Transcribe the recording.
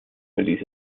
verließ